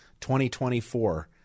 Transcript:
2024